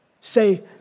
say